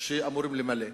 שאמורים למלא.